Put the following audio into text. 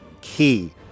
key